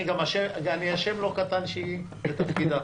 ואני גם אשם לא קטן שהיא בתפקידה.